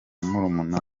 murumuna